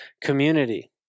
community